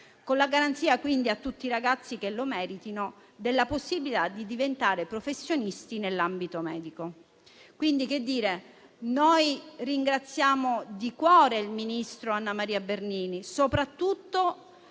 con la garanzia quindi a tutti i ragazzi che lo meritino della possibilità di diventare professionisti nell'ambito medico. Ringraziamo di cuore il ministro Annamaria Bernini soprattutto